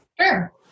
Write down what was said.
Sure